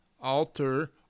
alter